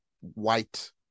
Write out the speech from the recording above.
white